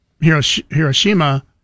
Hiroshima